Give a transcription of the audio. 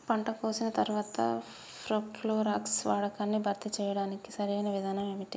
పంట కోసిన తర్వాత ప్రోక్లోరాక్స్ వాడకాన్ని భర్తీ చేయడానికి సరియైన విధానం ఏమిటి?